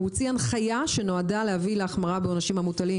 הוא הוציא הנחייה שנועדה להביא להחמרה בעונשים המוטלים